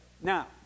Now